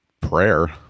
prayer